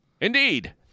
Indeed